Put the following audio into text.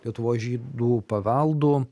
lietuvos žydų paveldu